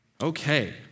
Okay